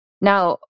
Now